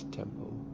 temple